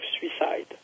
suicide